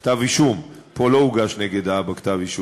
כתב-אישום, פה לא הוגש נגד האבא כתב-אישום,